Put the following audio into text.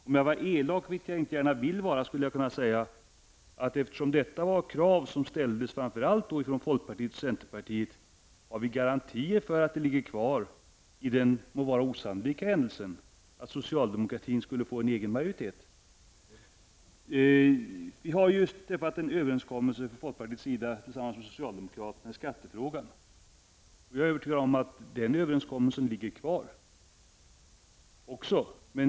Om jag är elak, vilket jag inte jag gärna vill vara, skulle jag kunna säga att eftersom detta krav framför allt ställts av folkpartiet och centerpartiet, har vi garantier för att det ligger kvar vid den måhända osannolika händelsen att socialdemokraterna skulle få egen majoritet. Vi har just från folkpartiets sida träffat en överenskommelse tillsammans med socialdemokraterna i skattefrågan. Vi är övertygade om att den överenskommelsen ligger kvar.